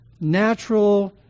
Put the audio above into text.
natural